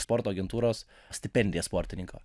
sporto agentūros stipendija sportininko